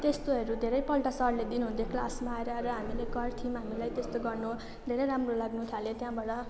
त्यस्तोहरू धेरैपल्ट सरले दिनुहुन्थ्यो क्लासमा आएर र हामीले गर्थ्यौँ हामीलाई त्यस्तो गर्नु धेरै राम्रो लाग्न थाल्यो त्यहाँबाट